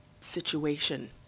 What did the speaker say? situation